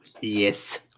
yes